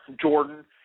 Jordan